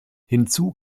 hinzu